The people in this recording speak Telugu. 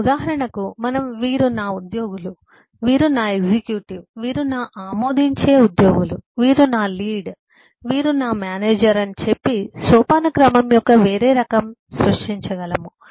మనము ఉదాహరణకు మనము వీరు నా ఉద్యోగులు మరియు వీరు నా ఎగ్జిక్యూటివ్ వీరు నా ఆమోదించే ఉద్యోగులు వీరు నా లీడ్ వీరు నా మేనేజర్ అని చెప్పి సోపానక్రమం యొక్క వేరొక రకం సృష్టించగలము